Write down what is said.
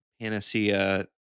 Panacea